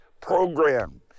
program